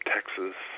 Texas